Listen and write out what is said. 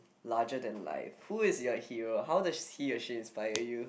larger than life who is your hero how does he or she inspire you